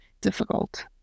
difficult